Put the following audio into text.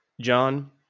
John